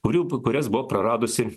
kurių kurias buvo praradusi